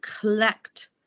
collect